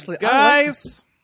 Guys